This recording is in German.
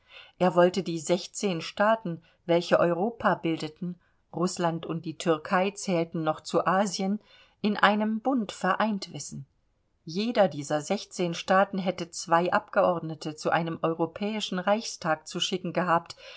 er wollte die sechzehn staaten welche europa bildeten rußland und die türkei zählten noch zu asien in einen bund vereint wissen jeder dieser sechzehn staaten hätte zwei abgeordnete zu einem europäischen reichstag zu schicken gehabt